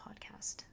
podcast